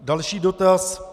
Další dotaz.